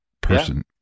person